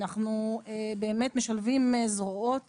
אנחנו משלבים זרועות